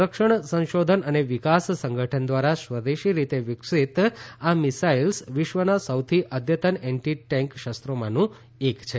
સંરક્ષણ સંશોધન અને વિકાસ સંગઠન દ્વારા સ્વદેશી રીતે વિકસિત આ મિસાઈલ્સ વિશ્વના સૌથી અદ્યતન એન્ટી ટેન્ક શસ્ત્રોમાંનું એક છે